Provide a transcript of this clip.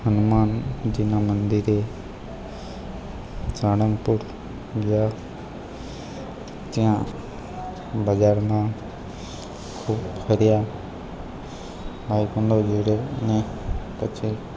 હનુમાનજીના મંદિરે સાળંગપુર ગયા જ્યાં બજારમાં ખૂબ ફર્યા ભાઈબંધો જોડે ને પછી